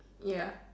ya